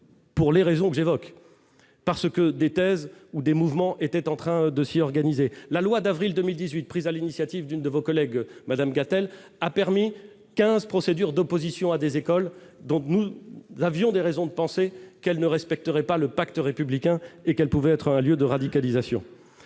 pour les raisons que j'évoque, parce que des thèses ou des mouvements étaient en train de scier organisé la loi d'avril 2018 prise à l'initiative d'une de vos collègues Madame Castel a permis 15 procédures d'opposition à des écoles, donc nous avions des raisons de penser qu'elle ne respecterait pas le pacte républicain et qu'elle pouvait être un lieu de radicalisation,